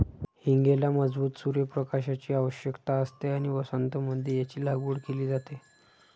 हींगेला मजबूत सूर्य प्रकाशाची आवश्यकता असते आणि वसंत मध्ये याची लागवड केली जाते